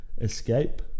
escape